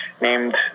named